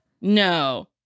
No